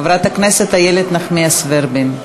חברת הכנסת איילת נחמיאס ורבין,